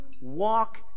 walk